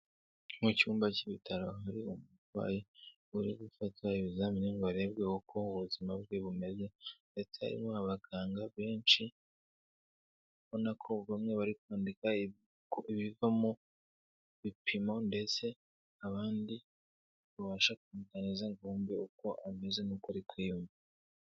Mu cyumba cy'ibitaro hari umurwayi uri gufata ibizamini ngo arebe uko ubuzima bwe bumeze, ndetse harimo abaganga benshi, ubona ko bamwe bari kwandika ibiva mu bipimo, ndetse abandi babasha kumuganiriza ngo bumve uko ameze, n'uko ari kwiyumva.